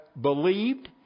believed